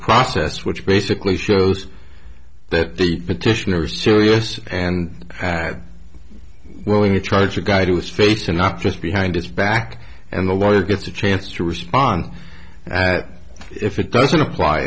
process which basically shows that the petitioner are serious and had willing to charge a guy who is facing not just behind his back and the lawyer gets a chance to respond and if it doesn't apply